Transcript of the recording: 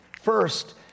First